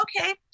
Okay